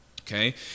okay